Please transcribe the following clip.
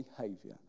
behaviour